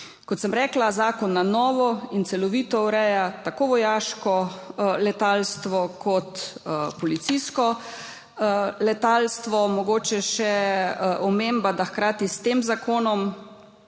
Kot sem rekla, zakon na novo in celovito ureja tako vojaško letalstvo kot policijsko letalstvo. Mogoče še omemba, da je bilo treba hkrati s tem zakonom